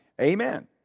Amen